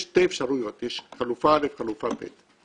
יש שתי אפשרויות, יש חלופה א' וחלופה ב'.